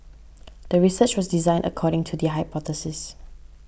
the research was designed according to the hypothesis